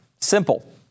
Simple